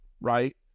right